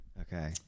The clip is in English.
Okay